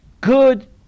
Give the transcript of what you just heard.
good